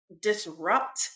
disrupt